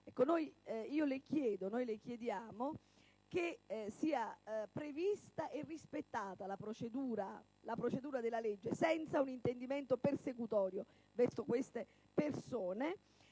mio Gruppo, che sia prevista e rispettata la procedura della legge, senza un intendimento persecutorio verso queste persone,